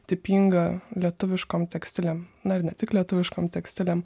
tipinga lietuviškam tekstilėm na ir ne tik lietuviškom tekstilėm